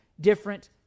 different